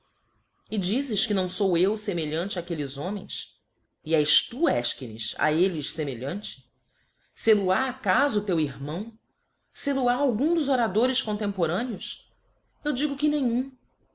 e dizes que não fou eu femelhante aquelles homens e és tu efchines a elles femelhante sel o ha acafo teu irmão sel o ha algum dos oradores contemporâneos eu digo que nenhum